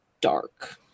dark